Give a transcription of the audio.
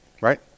Right